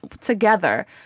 together